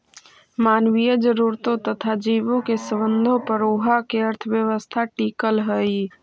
मानवीय जरूरतों तथा जीवों के संबंधों पर उहाँ के अर्थव्यवस्था टिकल हई